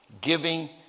giving